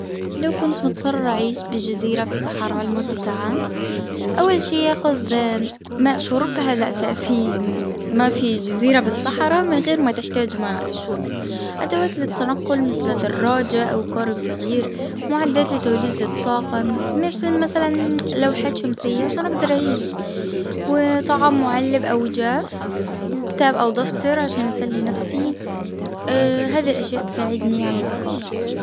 لو كنت مضطرة أعيش بالجزيرة في الصحراء لمدة عام. أول شيء يأخذ ماء شرب هذا أساسي ما فيه جزيرة بالصحراء من غير ما تحتاج ماء للشرب. أدوات للتنقل مثل دراجة أو قارب صغير معدات لتوليد الطاقة مثل مثلا لوحات شمسية علشان أقدر اي وطعام معلب أو جاف. وكتاب أو دفتر عشان أسلي نفسي. آآ هذه الأشياء تساعدني على البقاء.